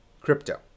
crypto